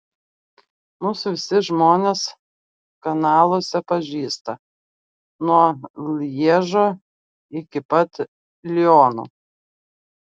mus visi žmonės kanaluose pažįsta nuo lježo iki pat liono